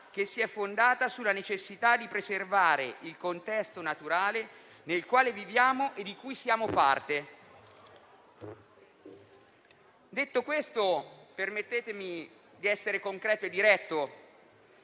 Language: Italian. sensibilità fondata sulla necessità di preservare il contesto naturale nel quale viviamo e di cui siamo parte. Detto questo, permettetemi di essere concreto e diretto.